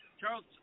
Charles